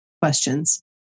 questions